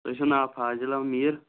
تۄہہِ چھُ ناو فاضِل احمد میٖر